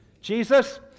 Jesus